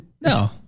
no